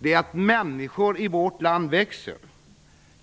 och att människor i vårt land växer.